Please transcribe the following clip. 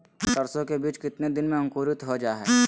सरसो के बीज कितने दिन में अंकुरीत हो जा हाय?